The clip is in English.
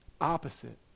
opposite